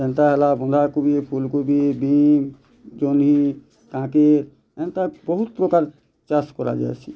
ଏନ୍ତା ହେଲା ବନ୍ଧା କୋବି ଫୁଲ୍ କୋବି ବିମ୍ ଜହ୍ନି କାହାକେ ଏନ୍ତା ବହୁତ ପ୍ରକାର୍ ଚାଷ୍ କରା ଯାଇସି